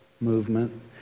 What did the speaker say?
movement